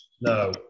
No